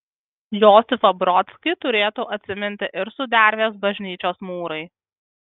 josifą brodskį turėtų atsiminti ir sudervės bažnyčios mūrai